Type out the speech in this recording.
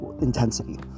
intensity